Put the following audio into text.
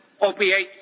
opiates